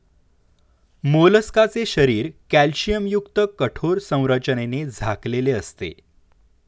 मोलस्काचे शरीर कॅल्शियमयुक्त कठोर संरचनेने झाकलेले असते